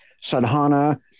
sadhana